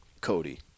Cody